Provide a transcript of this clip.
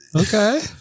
okay